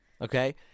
okay